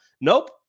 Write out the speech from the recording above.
Nope